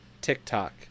TikTok